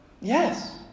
Yes